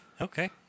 Okay